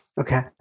Okay